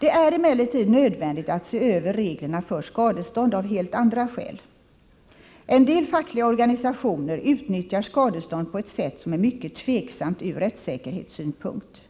Det är emellertid, av helt andra skäl, nödvändigt att se över reglerna för skadestånd. En del fackliga organisationer utnyttjar skadestånd på ett sätt som är mycket tveksamt ur rättssäkerhetssynpunkt.